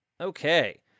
okay